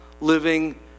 living